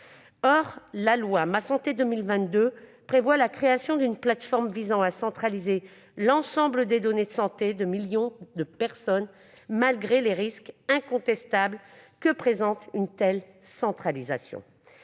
santé, dite Ma Santé 2022, prévoit la création d'une plateforme visant à centraliser l'ensemble des données de santé de millions de personnes, malgré les risques incontestables que présente une telle centralisation.